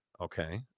Okay